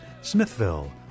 Smithville